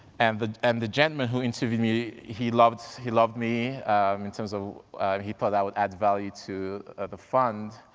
and the um the gentleman who interviewed me, he loved he loved me in terms of he thought i would add value to the fund.